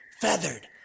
feathered